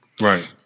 Right